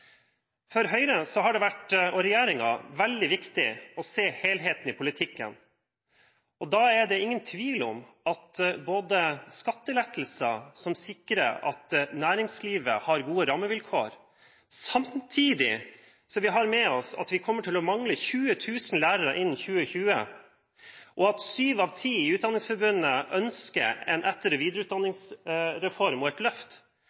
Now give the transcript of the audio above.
For Høyre og regjeringen har det vært veldig viktig å se helheten i politikken. Det er ingen tvil om at både skattelettelser – som sikrer at næringslivet har gode rammevilkår – at vi har med oss at vi kommer til å mangle 20 000 lærere innen 2020, og at syv av ti i Utdanningsforbundet ønsker en etter- og videreutdanningsreform og et løft,